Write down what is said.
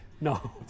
No